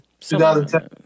2010